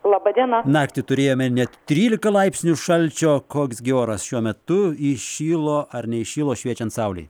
naktį turėjome net trylika laipsnių šalčio koks gi oras šiuo metu įšilo ar neįšilo šviečiant saulei